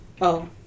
Oh